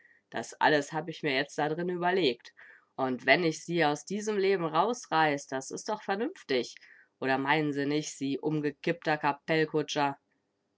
das alles hab ich mir jetzt da drin überlegt und wenn ich sie aus diesem leben rausreiß das is doch vernünftig oder meinen sie nich sie umgekippter